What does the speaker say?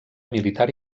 militar